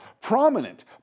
prominent